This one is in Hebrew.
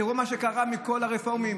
תראו מה שקרה מכל הרפורמים,